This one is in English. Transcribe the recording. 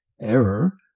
error